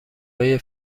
های